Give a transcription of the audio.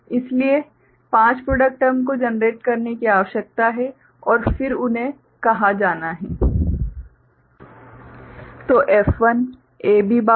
इसलिए पांच सुधार प्रॉडक्ट टर्म को जनरेट करने की आवश्यकता है और फिर उन्हें कहा जाना चाहिए